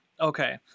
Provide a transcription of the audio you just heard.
okay